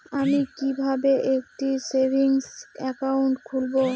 আমি কিভাবে একটি সেভিংস অ্যাকাউন্ট খুলব?